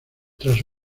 tras